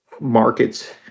markets